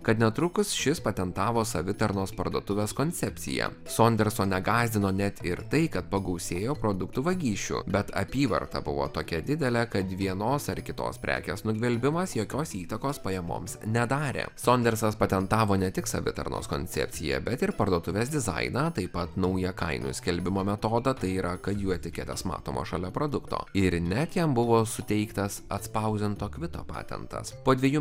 kad netrukus šis patentavo savitarnos parduotuvės koncepciją sonderso negąsdino net ir tai kad pagausėjo produktų vagysčių bet apyvarta buvo tokia didelė kad vienos ar kitos prekės nugvelbimas jokios įtakos pajamoms nedarė sondersas patentavo ne tik savitarnos koncepciją bet ir parduotuvės dizainą taip pat naują kainų skelbimo metodą tai yra kad jų etiketės matomos šalia produkto ir net jam buvo suteiktas atspausdinto kvito patentas po dvejų